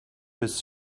his